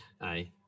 aye